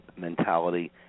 mentality